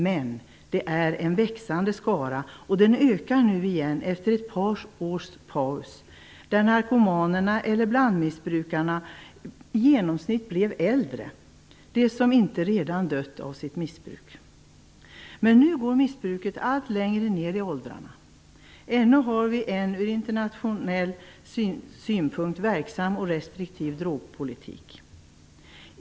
Men det är en växande skara, och den ökar nu efter ett par års paus, där narkomanerna eller blandmissbrukarna i genomsnitt blev äldre - de som inte redan dött av sitt missbruk. Men nu går missbruket allt längre ned i åldrarna. Ännu har vi en ur internationell synpunkt verksam och restriktiv drogpolitik.